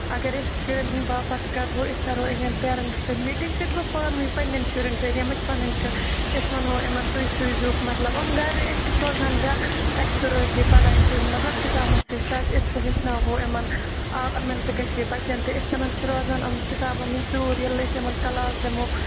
اگر أسۍ شُرٮ۪ن ہٕنٛدِ باپَتھ کَرہو أسۍ کَرہو اہٕنٛدٮ۪ن پیرَنٛٹن سۭتۍ میٖٹِنٛگ تہِ تہِ گوٚو پانوٲنۍ پَنٕنٮ۪ن شُرٮ۪ن سۭتۍ ییٚمِس پَنٕنۍ چھِ أسۍ وَنہو یِمَن تُہۍ سوٗزہوکھ مَطلَب یِم گَرے أسۍ چھِ سوزان گر اَسہِ تہِ روزہے پَڑھاے سۭتۍ مَطلَب کِتابَن سۭتۍ ٹَچ أسۍ تہِ ہیٚچھناوہو یِمَن آ یِمَن تہِ گَژھِ یہِ بَچَن تہِ یِتھٕ کٔنۍ چھِ روزان یِم کِتابو نِش دوٗر ییٚلہِ أسۍ یِمَن کٕلاس دِمو